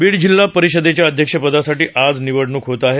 बीड जिल्हा परिषदेच्या अध्यक्षपदासाठी आज निवडणूक होत आहे